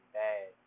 bad